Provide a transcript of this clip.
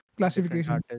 classification